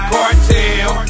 Cartel